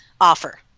offer